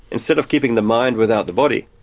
instead of keeping the mind without the body,